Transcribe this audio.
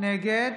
נגד